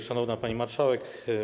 Szanowna Pani Marszałek!